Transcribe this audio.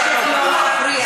אני מבקשת שלא להפריע.